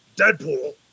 Deadpool